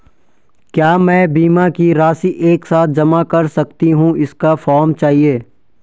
क्या मैं बीमा की राशि एक साथ जमा कर सकती हूँ इसका फॉर्म चाहिए?